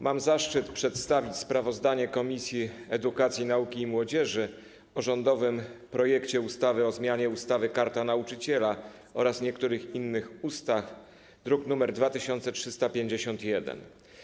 Mam zaszczyt przedstawić sprawozdanie Komisji Edukacji, Nauki i Młodzieży o rządowym projekcie ustawy o zmianie ustawy - Karta Nauczyciela oraz niektórych innych ustaw, druk nr 2351.